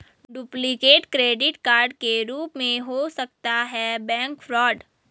duplicate credit card के रूप में हो सकता है बैंक फ्रॉड